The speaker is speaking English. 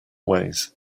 ways